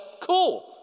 cool